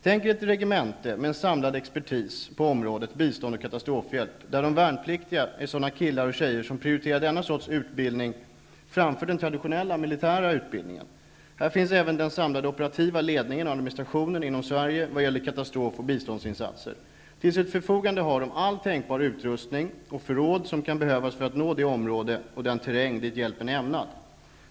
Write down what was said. Tänk er ett regemente med samlad expertis på området bistånd och katastrofhjälp, där de värnpliktiga är sådana killar och tjejer som prioriterar denna sorts utbildning framför den traditionella militära utbildningen. Här finns även den samlade operativa ledningen och administrationen inom Sverige vad gäller katastrofoch biståndsinsatser. Till sitt förfogande har de all tänkbar utrustning och förråd som kan behövas för att nå det område och den terräng dit hjälpen är ämnad.